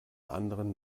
anderen